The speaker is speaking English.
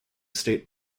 state